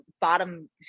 bottom